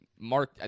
Mark